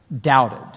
doubted